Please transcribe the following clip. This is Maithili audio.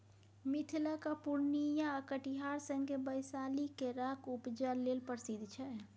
मिथिलाक पुर्णियाँ आ कटिहार संगे बैशाली केराक उपजा लेल प्रसिद्ध छै